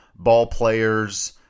ballplayers